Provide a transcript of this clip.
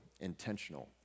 intentional